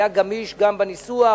שהיה גמיש בניסוח,